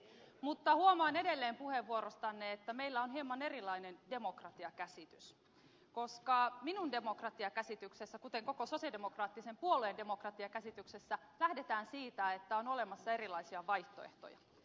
mutta huomaan edelleen puheenvuorostanne että meillä on hieman erilainen demokratiakäsitys koska minun demokratiakäsityksessäni kuten koko sosialidemokraattisen puolueen demokratiakäsityksessä lähdetään siitä että on olemassa erilaisia vaihtoehtoja